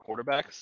quarterbacks